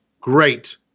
great